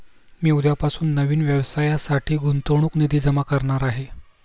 मी उद्यापासून नवीन व्यवसायासाठी गुंतवणूक निधी जमा करणार आहे